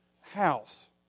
house